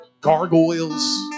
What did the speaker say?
gargoyles